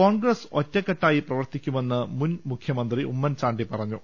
കോൺഗ്രസ് ഒറ്റക്കെട്ടായി പ്രവർത്തിക്കുമെന്ന് മുൻ മുഖ്യമന്ത്രി ഉമ്മൻചാണ്ടി പറഞ്ഞു